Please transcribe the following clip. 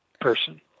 person